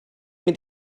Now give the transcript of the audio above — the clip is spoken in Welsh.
mynd